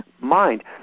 mind